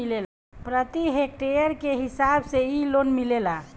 प्रति हेक्टेयर के हिसाब से इ लोन मिलेला